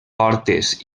portes